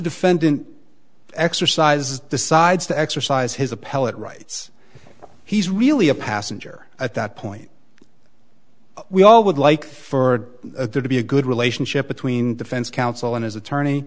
defendant exercises decides to exercise his appellate rights he's really a passenger at that point we all would like for there to be a good relationship between defense counsel and his attorney